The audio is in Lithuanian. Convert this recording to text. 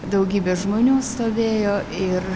daugybė žmonių stovėjo ir